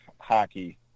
hockey